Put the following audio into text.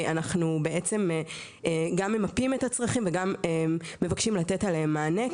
אנחנו בעצם גם ממפים את הצרכים וגם מבקשים לתת עליהם מענה.